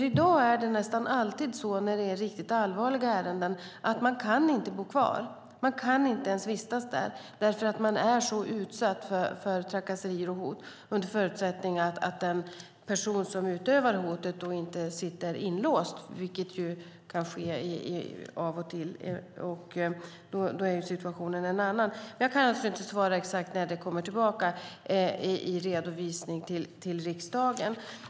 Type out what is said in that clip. I dag är det nästan alltid så i riktigt allvarliga ärenden att man inte kan bo kvar, man kan inte ens vistas där därför att man är utsatt för trakasserier och hot, under förutsättning att den person som utövar hotet inte sitter inlåst, vilket sker av och till, och då är situationen en annan. Jag kan alltså inte svara exakt när det kommer en redovisning till riksdagen.